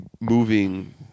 moving